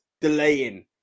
delaying